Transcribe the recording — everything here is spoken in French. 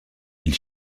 île